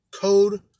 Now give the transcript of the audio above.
Code